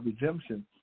redemption